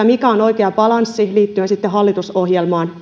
mikä on oikea balanssi hallitusohjelman